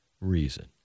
reason